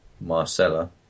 marcella